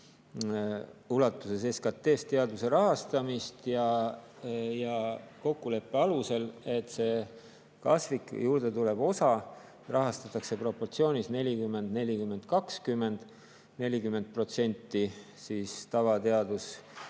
ulatuses SKT‑st teaduse rahastamist ja kokkuleppe alusel, et see kasvik, juurde tulev osa rahastatakse proportsioonis 40 : 40 : 20 – 40% tavateaduse